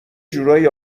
جورایی